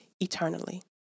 eternally